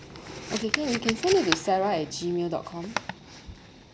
okay can can send it to sarah at G mail dot com